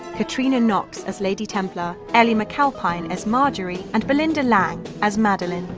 catriona knox as lady templar, elle ah mcalpine as marjorie, and belinda lang as madeleine,